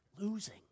losing